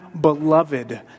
beloved